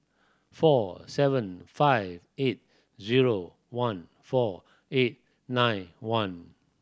four seven five eight zero one four eight nine one